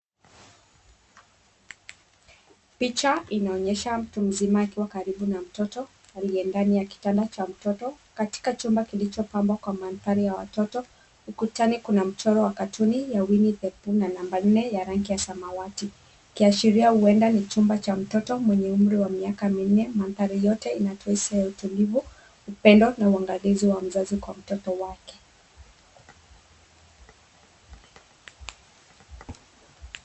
Picha inaonyesha mtu mzima akiwa karibu na mtoto aliye ndani ya kitanda cha mtoto katika chumba kilichopambwa kwa mandhari ya watoto. Ukutani kuna mchoro wa katuni ya Winnie the Pooh na namba nne na rangi ya samawati; ikiashiria huenda ni chumba cha watoto mwenye umri wa miaka minne. Mandhari yote ina taswira ya utulivu upendo na uandalizi wa mzazi kwa mtoto wake.